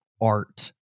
art